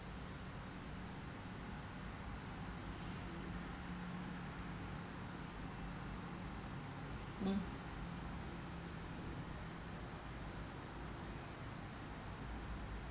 um